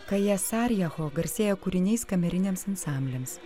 kaija sarijacho garsėja kūriniais kameriniams ansambliams